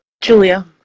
Julia